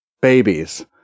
babies